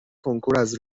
کنکوراز